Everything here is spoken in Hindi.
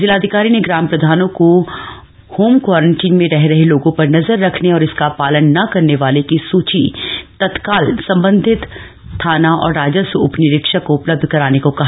जिलाधिकारी ने ग्राम प्रधानों को होम क्वारंटीन में रह रहे लोगों पर नजर रखने और इसका पालन न करने वाले की सूचना तत्काल संबधित थाना और राजस्व उप निरीक्षक को उपलब्ध कराने को कहा